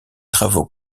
travaux